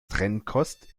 trennkost